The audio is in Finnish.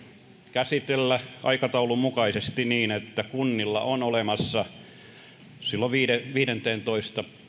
käsitellä aikataulun mukaisesti niin että kunnilla on olemassa viidenteentoista